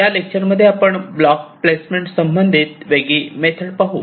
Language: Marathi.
या लेक्चरमध्ये आपण ब्लॉक प्लेसमेंट संबंधित वेगळी मेथड पाहू